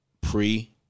pre